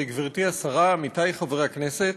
גברתי השרה, עמיתי חברי הכנסת,